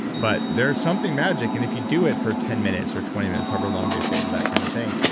but there's something magic, and if you do it for ten minutes or twenty minutes, however long they say for that kind of thing,